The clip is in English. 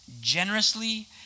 generously